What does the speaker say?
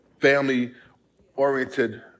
family-oriented